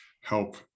help